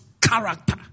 character